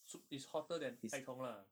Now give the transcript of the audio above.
sup~ is hotter than 爱同 lah